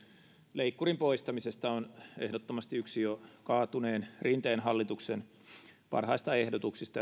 leikkurin poistamisesta on ehdottomasti yksi jo kaatuneen rinteen hallituksen parhaista ehdotuksista